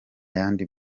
yandi